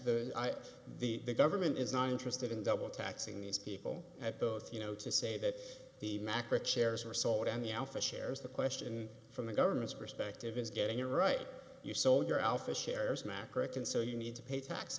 correct the government is not interested in double taxing these people at both you know to say that the macra chairs were sold on the alpha shares the question from the government's perspective is getting you right you sold your alpha shares macro can so you need to pay tax